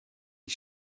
die